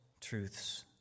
truths